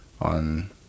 on